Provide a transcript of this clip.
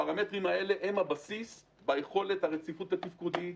הפרמטרים האלה הם הבסיס ביכולת הרציפות התפקודית,